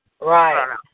Right